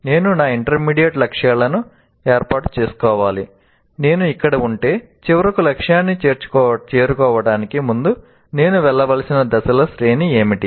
నేను నా ఇంటర్మీడియట్ లక్ష్యాలను ఏర్పాటు చేసుకోవాలి నేను ఇక్కడ ఉంటే చివరకు లక్ష్యాన్ని చేరుకోవడానికి ముందు నేను వెళ్ళవలసిన దశల శ్రేణి ఏమిటి